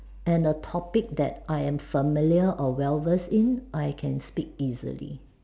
and the topic that I am familiar or well versed in I can speak easily